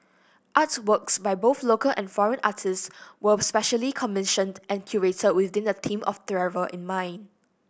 artworks by both local and foreign artists were specially commissioned and curated with the theme of travel in mind